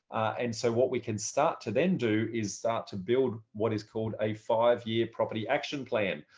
and so what we can start to then do is start to build what is called a five year property action plan.